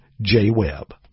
J-Webb